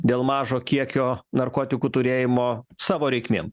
dėl mažo kiekio narkotikų turėjimo savo reikmėm